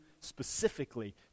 specifically